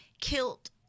kilt